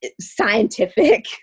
scientific